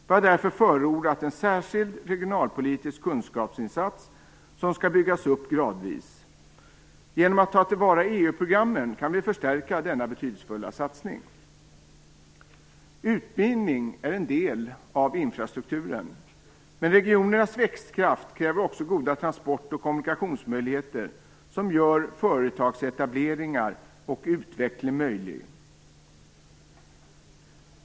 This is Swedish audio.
Vi har därför förordat en särskild regionalpolitisk kunskapsinsats som skall byggas upp gradvis. Genom att ta till vara EU-programmen kan vi förstärka denna betydelsefulla satsning. Utbildning är en del av infrastrukturen. Men regionernas växtkraft kräver också goda transportoch kommunikationsmöjligheter som gör företagsetableringar och utveckling möjlig.